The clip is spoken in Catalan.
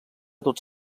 tots